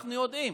אנחנו יודעים